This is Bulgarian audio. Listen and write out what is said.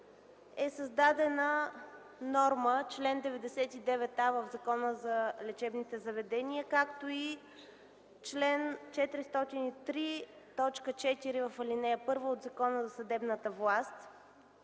е създадена норма – чл. 99а в Закона за лечебните заведения, както и чл. 403, т. 4 в ал. 1 от Закона за съдебната власт,